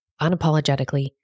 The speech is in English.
unapologetically